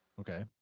Okay